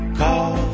call